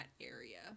area